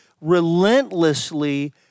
relentlessly